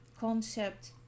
concept